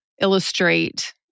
illustrate